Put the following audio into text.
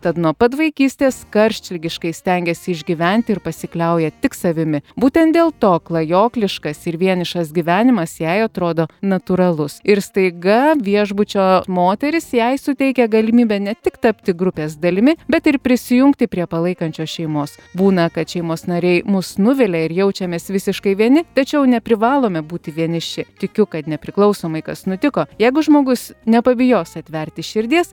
tad nuo pat vaikystės karštligiškai stengiasi išgyventi ir pasikliauja tik savimi būtent dėl to klajokliškas ir vienišas gyvenimas jai atrodo natūralus ir staiga viešbučio moterys jai suteikia galimybę ne tik tapti grupės dalimi bet ir prisijungti prie palaikančios šeimos būna kad šeimos nariai mus nuvilia ir jaučiamės visiškai vieni tačiau neprivalome būti vieniši tikiu kad nepriklausomai kas nutiko jeigu žmogus nepabijos atverti širdies